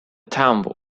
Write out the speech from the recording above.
town